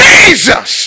Jesus